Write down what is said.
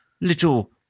little